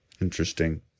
Interesting